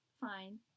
fine